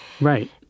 Right